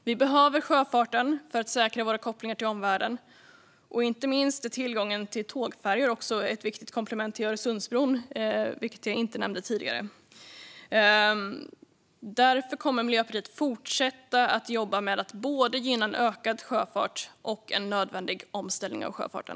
Vi behöver sjöfarten för att säkra våra kopplingar till omvärlden. Inte minst är tillgången till tågfärjor ett viktigt komplement till Öresundsbron, vilket jag inte nämnde tidigare. Därför kommer Miljöpartiet att fortsätta att jobba med att gynna både en ökad sjöfart och en nödvändig omställning av sjöfarten.